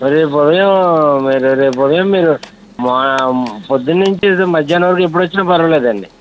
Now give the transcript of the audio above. రేపు ఉదయం మీరు రేపు ఉదయం మీరు పొద్దున్న నుంచి మధ్యాహ్నం వరకు ఎప్పుడు వచ్చినా పర్వాలేదండి